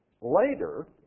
later